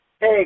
Hey